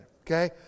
Okay